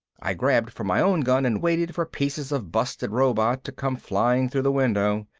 i grabbed for my own gun and waited for pieces of busted robot to come flying through the window.